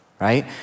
right